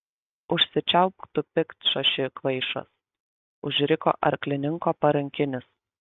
užsičiaupk tu piktšaši kvaišas užriko arklininko parankinis